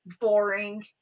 boring